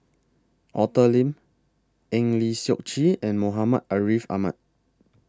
Arthur Lim Eng Lee Seok Chee and Muhammad Ariff Ahmad